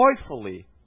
joyfully